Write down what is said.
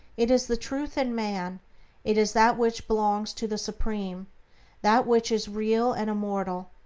it is the truth in man it is that which belongs to the supreme that which is real and immortal.